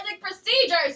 procedures